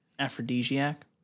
aphrodisiac